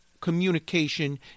communication